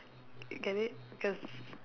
get it cause